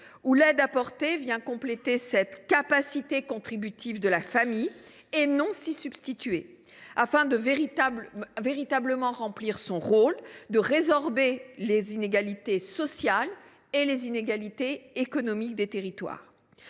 où l’aide apportée vient compléter la capacité contributive de la famille et non s’y substituer, afin de véritablement remplir son rôle, à savoir la résorption des inégalités sociales et les inégalités économiques des territoires.